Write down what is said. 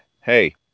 Hey